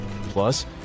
Plus